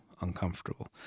uncomfortable